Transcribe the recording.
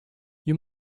you